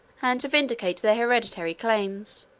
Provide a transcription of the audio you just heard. and to vindicate their hereditary claims,